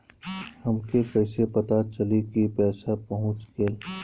हमके कईसे पता चली कि पैसा पहुच गेल?